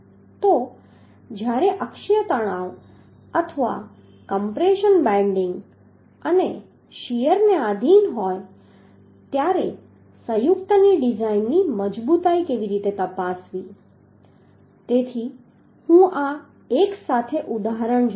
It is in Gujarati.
તો જ્યારે અક્ષીય તણાવ અથવા કમ્પ્રેશન બેન્ડિંગ અને શીયરને આધિન હોય ત્યારે સંયુક્તની ડિઝાઇનની મજબૂતાઈ કેવી રીતે તપાસવી તેથી હું આ એક સાથે ઉદાહરણ જોઈશ